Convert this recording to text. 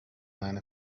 nine